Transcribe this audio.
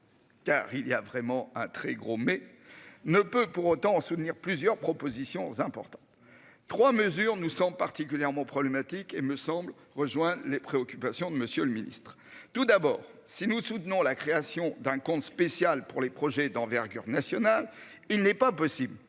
Car il y a vraiment un très gros mais ne peut pour autant soutenir plusieurs propositions importantes. 3 mesures, nous sommes particulièrement problématique et me semble rejoint les préoccupations de Monsieur le Ministre, tout d'abord si nous soutenons la création d'un compte spécial pour les projets d'envergure nationale. Il n'est pas possible